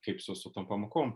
kaip su su tom pamokom